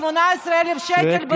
עבר הזמן.